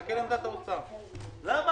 תביא את זה למליאה.